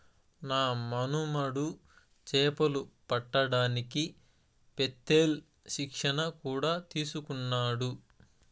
నా మనుమడు చేపలు పట్టడానికి పెత్తేల్ శిక్షణ కూడా తీసుకున్నాడు